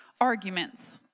arguments